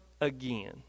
again